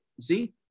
see